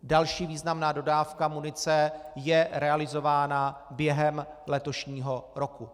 Další významná dodávka munice je realizována během letošního roku.